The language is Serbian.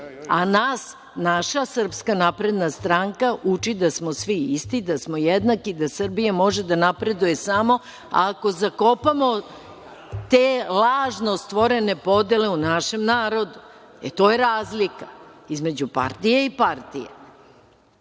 a nas naša Srpska napredna stranka uči da smo svi isti, da smo jednaki, da Srbija može da napreduje samo ako zakopamo te lažno stvorene podele u našem narodu. E to je razlika između partije i partije. Nama